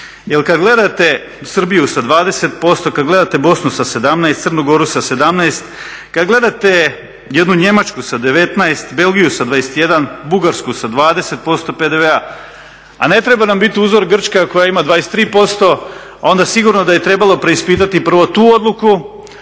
Jer kad gledate Srbiju sa 20%, kad gledate Bosnu sa 17%, Crnu Goru sa 17, kad gledate jednu Njemačku sa 19, Belgiju sa 21, Bugarsku sa 20% PDV-a, a ne treba nam biti uzor Grčka koja ima 23%, onda sigurno da je trebalo preispitati prvo tu odluku,